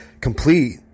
complete